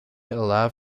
allowed